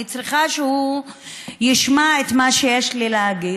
אני צריכה שהוא ישמע את מה שיש לי להגיד.